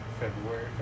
February